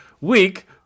week